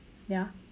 ya